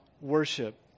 worship